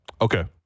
Okay